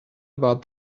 about